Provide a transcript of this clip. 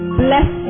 bless